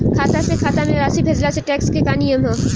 खाता से खाता में राशि भेजला से टेक्स के का नियम ह?